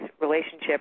relationship